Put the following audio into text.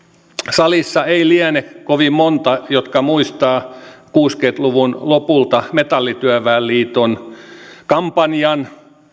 salissa ei liene kovin monta jotka muistavat kuusikymmentä luvun lopulta metallityöväen liiton kampanjan